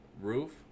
roof